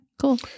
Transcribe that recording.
cool